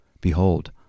Behold